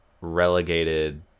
relegated